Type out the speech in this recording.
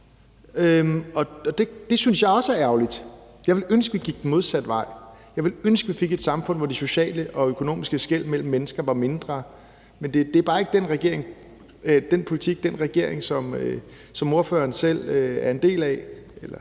og det synes jeg også er ærgerligt. Jeg ville ønske, at vi gik den modsatte vej. Jeg ville ønske, at vi fik et samfund, hvor de sociale og økonomiske skel mellem mennesker var mindre, men det er bare ikke den politik, som den regering, ordførerens parti selv er del af,